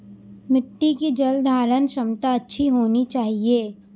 मिट्टी की जलधारण क्षमता अच्छी होनी चाहिए